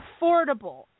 affordable